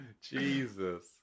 Jesus